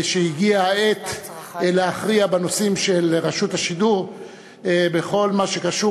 שהגיעה העת להכריע בנושאים של רשות השידור בכל מה שקשור